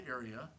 area